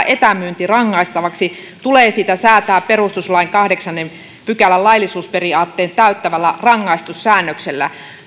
etämyynti rangaistavaksi tulee siitä säätää perustuslain kahdeksannen pykälän laillisuusperiaatteen täyttävällä rangaistussäännöksellä